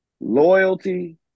loyalty